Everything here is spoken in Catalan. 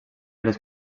les